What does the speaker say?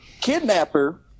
kidnapper